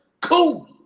Cool